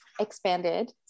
Expanded